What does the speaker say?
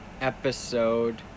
episode